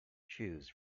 choose